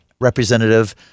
representative